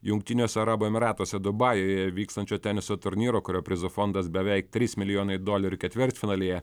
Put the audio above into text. jungtiniuose arabų emyratuose dubajuje vykstančio teniso turnyro kurio prizų fondas beveik trys milijonai dolerių ketvirtfinalyje